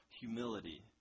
humility